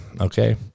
okay